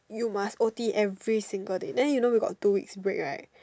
you must o_t every single day then you know we got two weeks break right